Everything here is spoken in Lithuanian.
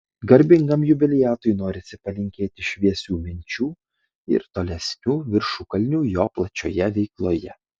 garbingam jubiliatui norisi palinkėti šviesių minčių ir tolesnių viršukalnių jo plačioje veikloje